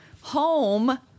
home